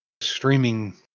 streaming